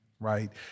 right